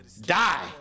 die